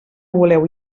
voleu